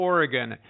Oregon